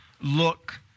look